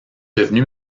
devenu